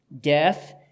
death